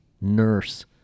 nurse